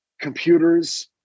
computers